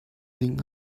ding